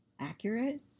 accurate